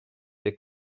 the